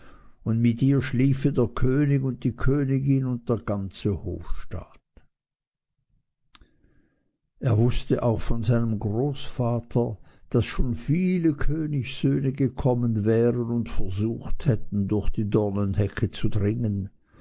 und mit ihr schliefe der könig und die königin und der ganze hofstaat er wußte auch von seinem großvater daß schon viele königssöhne gekommen wären und versucht hätten durch die dornenhecke zu dringen